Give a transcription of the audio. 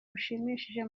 rushimishije